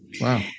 Wow